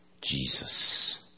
Jesus